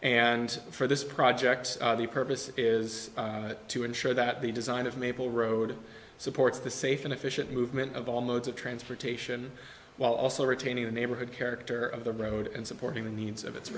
and for this project the purpose is to ensure that the design of maple road supports the safe and efficient movement of all modes of transportation while also retaining the neighborhood character of the road and supporting the needs of it